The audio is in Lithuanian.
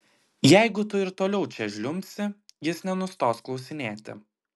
jeigu tu ir toliau čia žliumbsi jis nenustos klausinėti